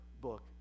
book